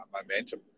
momentum